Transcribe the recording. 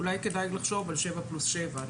אולי כדאי לחשוב על שבע פלוס שבע.